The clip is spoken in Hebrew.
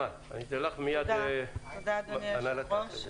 תמר, בבקשה.